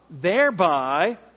thereby